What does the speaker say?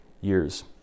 years